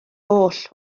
oll